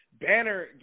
banner